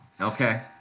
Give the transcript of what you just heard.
Okay